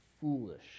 foolish